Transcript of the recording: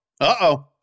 Uh-oh